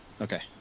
okay